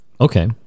okay